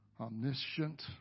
omniscient